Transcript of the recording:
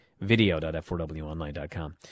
video.f4wonline.com